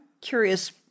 curious